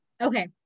Okay